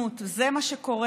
זה מה שקורה